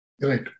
Right